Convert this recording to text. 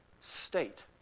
state